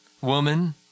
woman